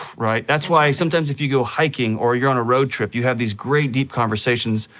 right? that's why, sometimes, if you go hiking or you're on a road trip, you have these great deep conversations.